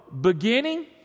beginning